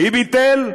מי ביטל?